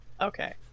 Okay